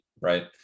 right